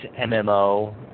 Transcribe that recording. MMO